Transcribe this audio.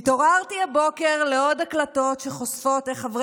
התעוררתי הבוקר לעוד הקלטות שחושפות איך חברי